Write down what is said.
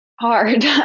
hard